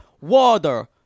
Water